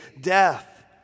death